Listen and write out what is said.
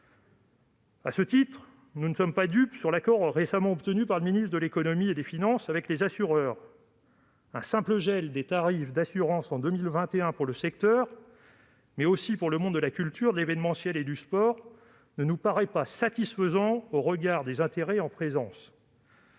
de vue, nous ne sommes pas dupes de l'accord récemment obtenu par le ministre de l'économie et des finances avec les assureurs : un simple gel des tarifs d'assurance en 2021 dans le secteur de l'hôtellerie, des cafés et de la restauration et les mondes de la culture, de l'événementiel et du sport ne nous paraît pas satisfaisant au regard des intérêts en présence.